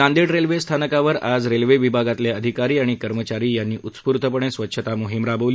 Nanded railway स्थानकावर आज railway विभागातील अधिकारी आणि कर्मचारी यांनी उत्स्फूर्तपणे स्वच्छता मोहीम राबविली